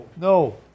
No